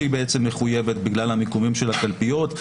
שמחויבת בגלל המיקומים של הקלפיות.